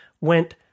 went